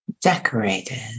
decorated